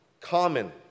common